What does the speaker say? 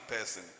person